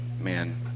man